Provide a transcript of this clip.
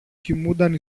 κοιμούνταν